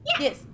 Yes